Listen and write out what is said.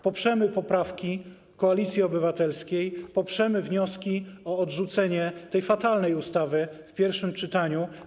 Poprzemy poprawki Koalicji Obywatelskiej, poprzemy wnioski o odrzucenie tej fatalnej ustawy w pierwszym czytaniu.